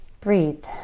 breathe